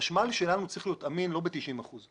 החשמל שלנו צריך להיות אמין לא ב-90 אחוזים